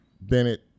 bennett